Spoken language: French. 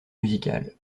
musical